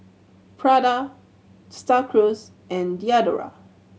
Prada Star Cruise and Diadora